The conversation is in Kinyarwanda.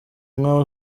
nka